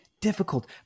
difficult